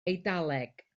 eidaleg